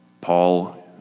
Paul